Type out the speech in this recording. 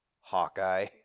Hawkeye